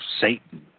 Satan